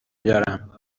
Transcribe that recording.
دارم